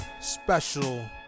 Special